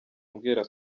ambwira